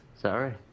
Sorry